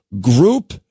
group